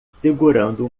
segurando